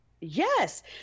yes